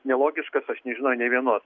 nelogiškas aš nežinau nė vienos